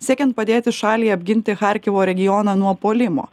siekiant padėti šaliai apginti charkivo regioną nuo puolimo